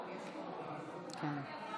איסור פרסום והפצת שמות נפגעים,